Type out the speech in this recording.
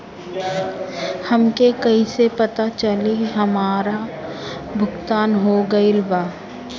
हमके कईसे पता चली हमार भुगतान हो गईल बा?